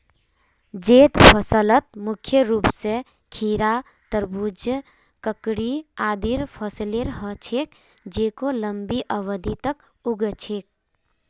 जैद फसलत मुख्य रूप स खीरा, तरबूज, ककड़ी आदिर फसलेर ह छेक जेको लंबी अवधि तक उग छेक